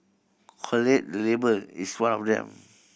collate the Label is one of them